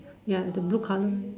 ya the blue colour